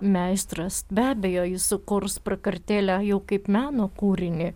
meistras be abejo jis sukurs prakartėlę jau kaip meno kūrinį